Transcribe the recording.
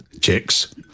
chicks